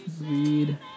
read